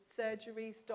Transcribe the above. surgeries